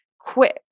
quit